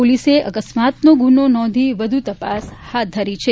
પોલીસે અકસ્માતનો ગુનો નોંધી વધુ તપાસ હાથ ધરી છે